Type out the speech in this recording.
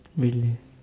really